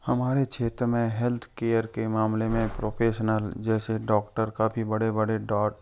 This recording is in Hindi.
हमारे क्षेत्र में हेल्थ केयर के मामले में प्रोफेशनल जैसे डॉक्टर का भी बड़े बड़े